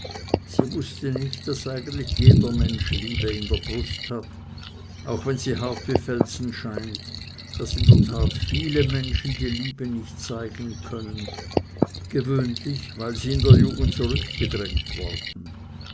sie wußte nicht daß eigentlich jeder mensch liebe in der brust hat auch wenn sie hart wie felsen scheint daß in der tat viele menschen die liebe nicht zeigen können gewöhnlich weil sie in der jugend zurückgedrängt worden